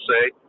say